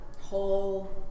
whole